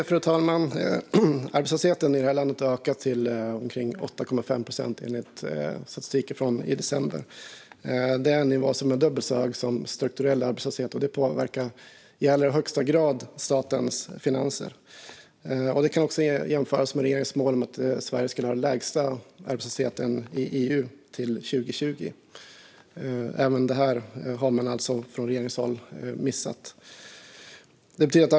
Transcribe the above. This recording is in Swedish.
Fru talman! Arbetslösheten i landet har, enligt statistik från december, ökat till omkring 8,5 procent. Det är en nivå som är dubbelt så hög som strukturell arbetslöshet, och det påverkar i allra högsta grad statens finanser. Det kan också jämföras med regeringens mål att Sverige skulle ha den lägsta arbetslösheten i EU till 2020. Även det har regeringen alltså missat.